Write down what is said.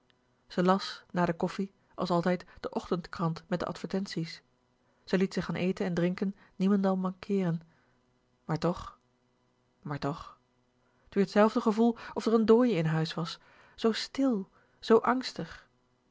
ze las na de koffie as altijd de ochtendkrant met de advertenties ze liet zich an eten en drinken niemendal mankeeren maar tochmaar toch t wier t zelfde gevoel of d'r n dooie in huis was zoo stil zoo angstig